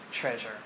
treasure